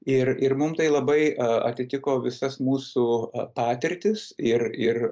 ir ir mum tai labai a atitiko visas mūsų patirtis ir ir